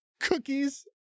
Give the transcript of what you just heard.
cookies